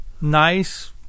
nice